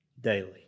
daily